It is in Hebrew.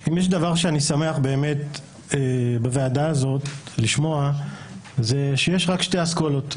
אם יש דבר שאני שמח באמת לשמוע בוועדה הזאת זה שיש כאן שתי אסכולות.